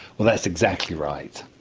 well, that's exactly right.